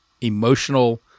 emotional